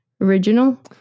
original